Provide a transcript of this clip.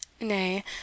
Nay